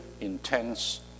intense